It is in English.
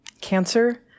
cancer